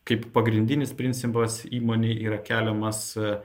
kaip pagrindinis principas įmonei yra keliamas